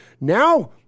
Now